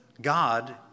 God